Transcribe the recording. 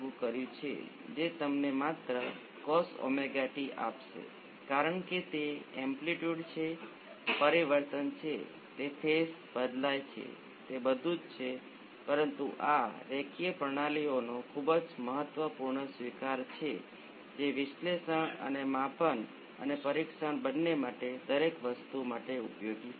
તેથી તે કરવાનો આ એકમાત્ર રસ્તો છે અને એકવાર તમે તે કરી લો તે પછી તમે નેચરલ રિસ્પોન્સ અને ફોર્સ રિસ્પોન્સ શોધી શકશો અને બધું જ ત્યાં છે